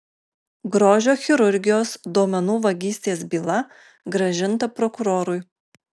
grožio chirurgijos duomenų vagystės byla grąžinta prokurorui